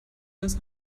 als